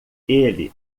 ele